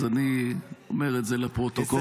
אז אני אומר את זה לפרוטוקול.